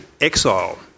exile